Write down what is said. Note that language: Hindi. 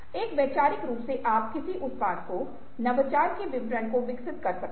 एक वैचारिक रूप से आप किसी उत्पाद को नवाचार के विवरण को विकसित कर सकते है